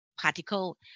particle